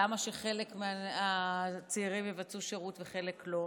למה שחלק מהצעירים יבצעו שירות וחלק לא?